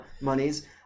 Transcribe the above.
monies